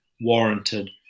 warranted